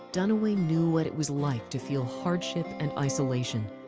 duniway knew what it was like to feel hardship and isolation.